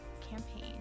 campaign